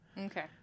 Okay